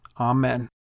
Amen